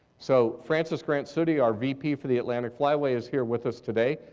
so francis grant-suttie, our vp for the atlantic flyway is here with us today.